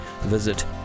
visit